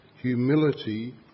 humility